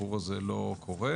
והחיבור הזה לא קורה.